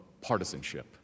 partisanship